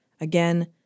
Again